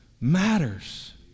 matters